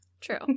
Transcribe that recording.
True